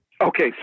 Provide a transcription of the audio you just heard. Okay